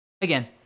Again